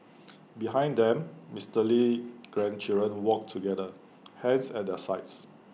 behind them Mister Lee's grandchildren walked together hands at their sides